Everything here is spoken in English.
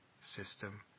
system